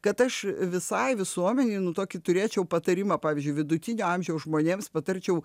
kad aš visai visuomenei tokį turėčiau patarimą pavyzdžiui vidutinio amžiaus žmonėms patarčiau